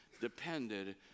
depended